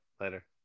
Later